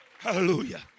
Hallelujah